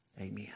Amen